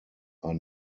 are